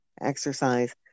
exercise